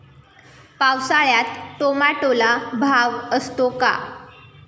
पावसाळ्यात टोमॅटोला भाव असतो का?